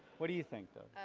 what do you think though?